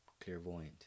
clairvoyant